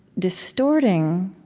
distorting,